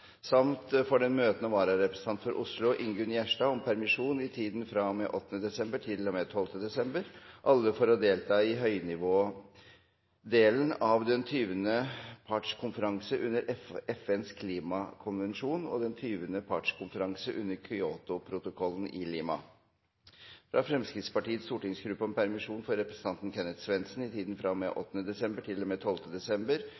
samt den møtende vararepresentant for Oslo, Ingunn Gjerstad, om permisjon i tiden fra og med 8. desember til og med 12. desember – alle for å delta i høynivådelen av den 20. partskonferanse under FNs klimakonvensjon og det 20. partsmøtet under Kyotoprotokollen, i Lima fra Fremskrittspartiets stortingsgruppe om permisjon for representanten Kenneth Svendsen i tiden fra og med 8. desember